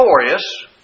victorious